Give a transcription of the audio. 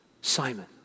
Simon